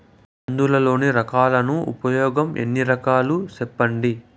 మందులలోని రకాలను ఉపయోగం ఎన్ని రకాలు? సెప్పండి?